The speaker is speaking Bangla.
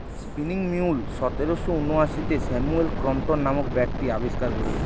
স্পিনিং মিউল সতেরশ ঊনআশিতে স্যামুয়েল ক্রম্পটন নামক ব্যক্তি আবিষ্কার কোরেছে